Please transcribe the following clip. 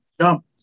jump